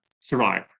survive